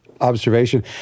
observation